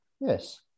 Yes